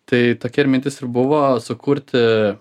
tai tokia ir mintis ir buvo sukurti